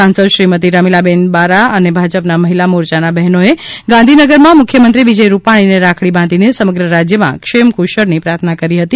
સાંસદ શ્રીમતી રમીલાબહેન બારા અને ભાજપના મહિલા મોરયાના બહેનોએ ગાંધીનગરમાં મુખ્યમંત્રી વિજય રૂપાણીને રાખડી બાંધીને સમગ્ર રાજ્યનાં ક્ષેમકુશળની પ્રાર્થના કરી હતી